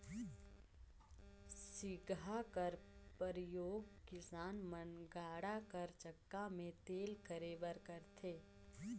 सिगहा कर परियोग किसान मन गाड़ा कर चक्का मे तेल करे बर करथे